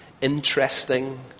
interesting